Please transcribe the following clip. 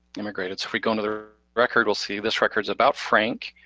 immigrated, so if we go into the record you'll see this record's about frank,